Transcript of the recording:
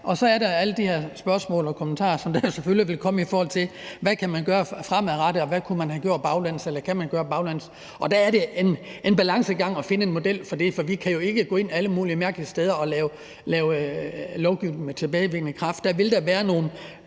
Og så er der alle de her spørgsmål og kommentarer, som selvfølgelig vil komme, i forhold til hvad man kan gøre fremadrettet og hvad man kan gøre baglæns, og der er det en balancegang at finde en model for det, for vi kan jo ikke gå ind alle mulige mærkelige steder og lave lovgivning med tilbagevirkende kraft. Der vil være nogle